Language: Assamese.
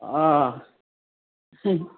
অঁ